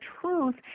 truth